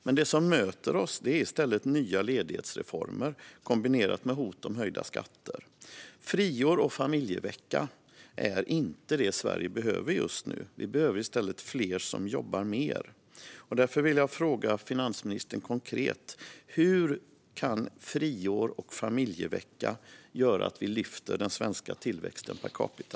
Men det som möter oss är i stället nya ledighetsreformer kombinerade med hot om höjda skatter. Friår och familjevecka är inte det som Sverige behöver just nu. Vi behöver i stället fler som jobbar mer. Därför vill jag fråga finansministern konkret: Hur kan friår och familjevecka göra att vi lyfter den svenska tillväxten per capita?